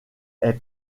est